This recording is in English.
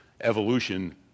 evolution